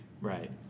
Right